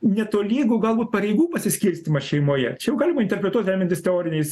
netolygu galbūt pareigų pasiskirstymas šeimoje čia jau galima interpretuot remiantis teoriniais